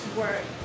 work